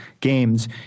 games